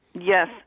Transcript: Yes